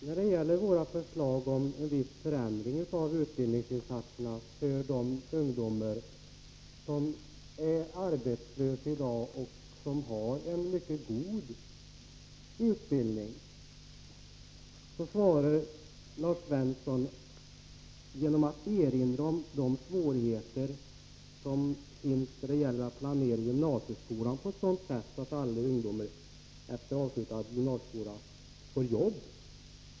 När det gäller våra förslag om viss förändring av utbildningsinsatserna för de ungdomar som är arbetslösa i dag och som har en mycket god utbildning svarar Lars Svensson genom att erinra om de svårigheter som finns när det gäller att planera gymnasieskolan på ett sådant sätt att alla ungdomar efter avslutad gymnasieskola får jobb.